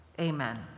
Amen